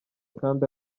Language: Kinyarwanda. kandi